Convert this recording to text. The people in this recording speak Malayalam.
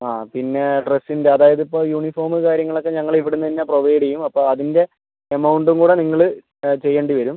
ആ പിന്നെ ഡ്രസ്സിന്റെ അതായത് ഇപ്പോൾ യൂണിഫോം കാര്യങ്ങൾ ഒക്കെ ഞങ്ങൾ ഇവിടെ നിന്നുതന്നെ പ്രൊവൈഡ് ചെയ്യും അപ്പം അതിന്റെ എമൗണ്ടും കൂടെ നിങ്ങൾ ചെയ്യേണ്ടി വരും